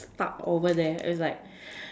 stuck over there it was like